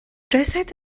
جسد